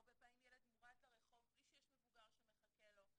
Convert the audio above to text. הרבה פעמים ילד מורד לרחוב בלי שיש מבוגר שמחכה לו.